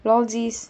lolsies